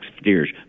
steers